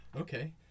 Okay